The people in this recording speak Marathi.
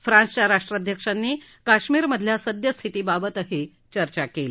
फ्रान्सच्या राष्ट्राध्यक्षांनी काश्मिरमधल्या सद्यस्थितीबाबतही चर्चा केली